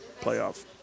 playoff